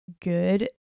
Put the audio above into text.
good